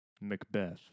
Macbeth